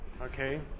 Okay